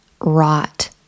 rot